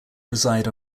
reside